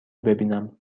ببینم